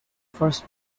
first